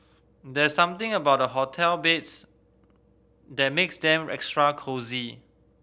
there's something about hotel beds that makes them extra cosy